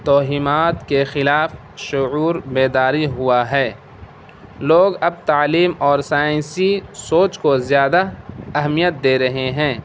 توہمات کے خلاف شعور بیداری ہوا ہے لوگ اب تعلیم اور سائنسی سوچ کو زیادہ اہمیت دے رہے ہیں